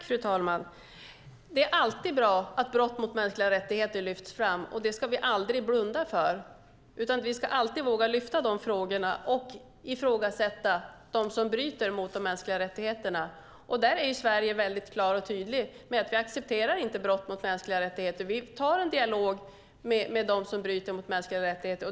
Fru talman! Det är alltid bra att brott mot mänskliga rättigheter lyfts fram, och det ska vi aldrig blunda för. Vi ska alltid våga lyfta upp de frågorna och ifrågasätta dem som bryter mot de mänskliga rättigheterna. Där är vi i Sverige också väldigt klara och tydliga med att vi inte accepterar brott mot mänskliga rättigheter. Vi tar en dialog med dem som bryter mot mänskliga rättigheter.